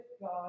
God